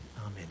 amen